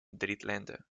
drittländer